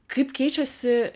kaip keičiasi